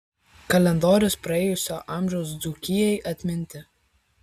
kalendorius praėjusio amžiaus dzūkijai atminti